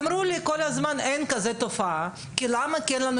כל הזמן אמרו לי שאין תופעה כזאת וזאת מאחר שאין להם